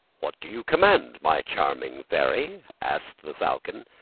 what do you command, my charming fairy? asked the falcon,